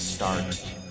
Start